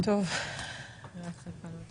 טוב אני מתנצלת אבל עיריית חיפה לא עלתה,